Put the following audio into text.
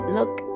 Look